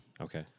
Okay